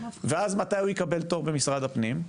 ואז מתי יקבל תור במשרד הפנים?